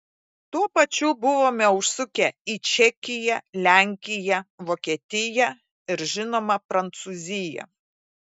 tuo pačiu buvome užsukę į čekiją lenkiją vokietiją ir žinoma prancūziją